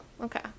okay